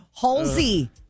Halsey